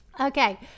okay